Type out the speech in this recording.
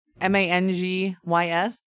M-A-N-G-Y-S